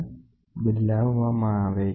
તેથી ટોર્ક માપન હંમેશા એક પડકારરૂપ છે